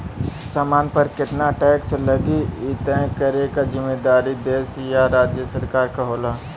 सामान पर केतना टैक्स लगी इ तय करे क जिम्मेदारी देश या राज्य सरकार क होला